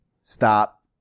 Stop